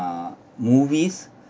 uh movies